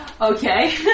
okay